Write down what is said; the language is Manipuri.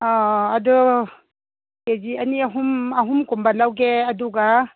ꯑꯥ ꯑꯗꯣ ꯀꯦ ꯖꯤ ꯑꯅꯤ ꯑꯍꯨꯝ ꯑꯍꯨꯝꯀꯨꯝꯕ ꯂꯧꯒꯦ ꯑꯗꯨꯒ